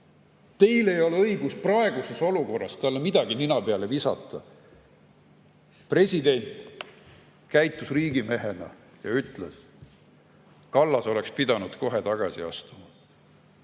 Teil ei ole õigust praeguses olukorras talle midagi nina peale visata. President käitus riigimehena ja ütles: Kallas oleks pidanud kohe tagasi astuma. Ma